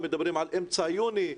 מדברים על אמצע יוני,